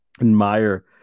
admire